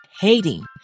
hating